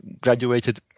graduated